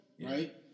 right